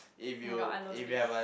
oh my god I love it